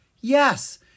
Yes